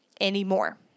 anymore